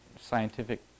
scientific